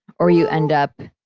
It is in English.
or you end up,